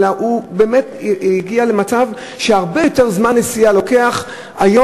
אלא הוא באמת הגיע למצב שלוקח הרבה יותר זמן נסיעה היום